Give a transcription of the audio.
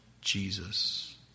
Jesus